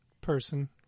person